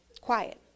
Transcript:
quiet